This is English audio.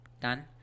done